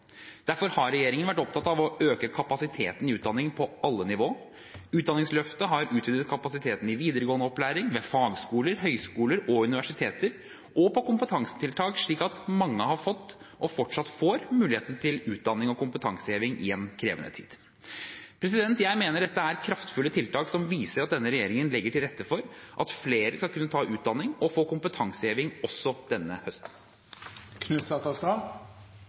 Derfor har regjeringen vært opptatt av å øke kapasiteten i utdanningene på alle nivå. Utdanningsløftet har utvidet kapasiteten i videregående opplæring, ved fagskoler, høyskoler og universiteter og på kompetansetiltak slik at mange har fått og fortsatt får muligheten til utdanning og kompetanseheving i en krevende tid. Jeg mener dette er kraftfulle tiltak som viser at denne regjeringen legger til rette for at flere skal kunne ta utdanning og få kompetanseheving også denne høsten.